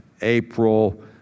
April